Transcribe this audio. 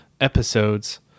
episodes